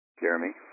Jeremy